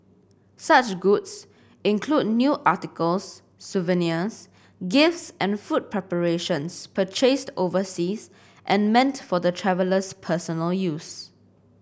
such goods include new articles souvenirs gifts and food preparations purchased overseas and meant for the traveller's personal use